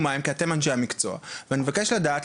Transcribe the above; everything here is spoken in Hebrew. מה הם כי אתם אנשי המקצוע ואני מבקש לדעת,